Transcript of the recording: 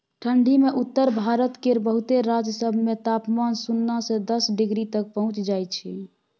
ठंढी मे उत्तर भारत केर बहुते राज्य सब मे तापमान सुन्ना से दस डिग्री तक पहुंच जाइ छै